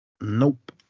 Nope